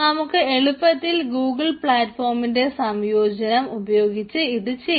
നമുക്ക് എളുപ്പത്തിൽ ഗൂഗിൾ പ്ലാറ്റ്ഫോമിന്റെ സംയോജനം ഉപയോഗിച്ച് ഇത് ചെയ്യാം